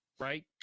Right